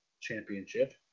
Championship